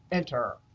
enter.